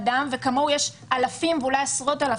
וכמוהו יש אלפים ואולי עשרות אלפים.